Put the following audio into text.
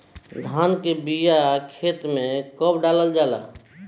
धान के बिया खेत में कब डालल जाला?